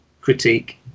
critique